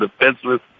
defenseless